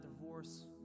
divorce